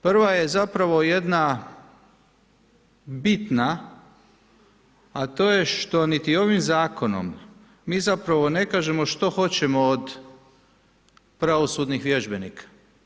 Prva je zapravo jedna bitna a to je što niti ovim zakonom mi zapravo ne kažemo što hoćemo od pravosudnih vježbenika.